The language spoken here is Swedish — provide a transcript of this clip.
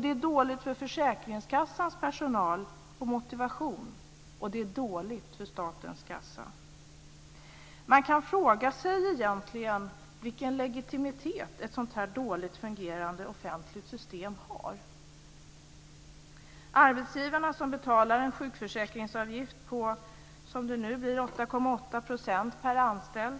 Det är dåligt för försäkringskassans personal och dess motivation, och det är dåligt för statens kassa. Man kan egentligen fråga sig vilken legitimitet ett sådant här dåligt fungerande offentligt system har. Arbetsgivarna som betalar en sjukförsäkringsavgift på, som det nu blir, 8,8 % per anställd